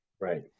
Right